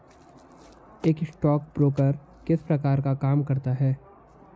एक स्टॉकब्रोकर किस प्रकार का काम करता है?